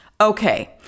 Okay